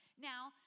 Now